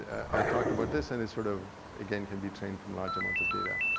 i talked about this and it sort of again, can be obtained from large amounts of data.